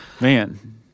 Man